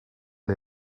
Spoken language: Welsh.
rhy